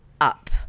up